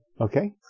Okay